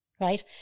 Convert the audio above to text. Right